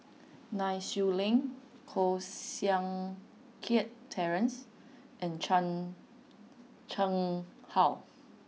Nai Swee Leng Koh Seng Kiat Terence and Chan Chang How